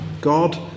God